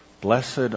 blessed